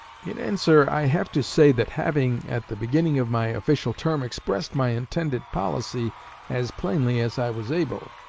in answer i have to say, that having at the beginning of my official term expressed my intended policy as plainly as i was able,